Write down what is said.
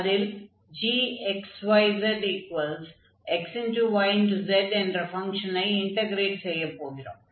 அதில் gxyzxyz என்ற ஃபங்ஷனை இன்டக்ரேட் செய்யப் போகிறோம்